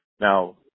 Now